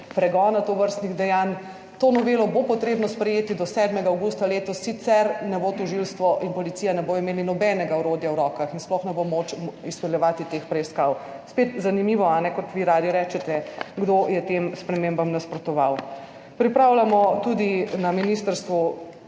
pregona tovrstnih dejanj. To novelo bo potrebno sprejeti do 7. avgusta letos, sicer ne bo tožilstvo in policija ne bodo imeli nobenega orodja v rokah in sploh ne bo moč izpeljevati teh preiskav. Spet, zanimivo, a ne, kot vi radi rečete, kdo je tem spremembam nasprotoval. Pripravljamo tudi na ministrstvu